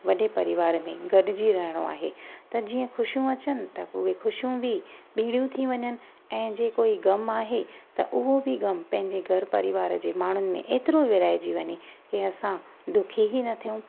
वॾे परिवार में गॾुजी रहिणो आहे त जीअं ख़ुशियूं अचनि त उहे ख़ुशियूं बि ॿिणियूं थी वञण ऐं जे कोई ग़मु आहे त उहो बि ग़मु पंहिंजे घरु परिवार जे माण्हूनि में एतिरो विराईंजे वञे की असां दुखी ई न थियूं